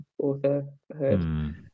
authorhood